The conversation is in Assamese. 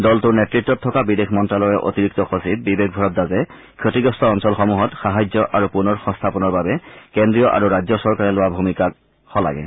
দলটোৰ নেতৃতত থকা বিদেশ মন্তালয়ৰ অতিৰিক্ত সচিব বিবেক ভৰদ্বাজে ক্ষতিগ্ৰস্ত অঞ্চলসমূহত সাহায্য আৰু পুনৰ সংস্থাপনৰ বাবে কেন্দ্ৰীয় আৰু ৰাজ্য চৰকাৰে লোৱা ভূমিকাক শলাগে